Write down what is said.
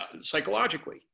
psychologically